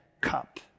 cup